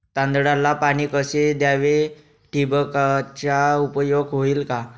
तांदळाला पाणी कसे द्यावे? ठिबकचा उपयोग होईल का?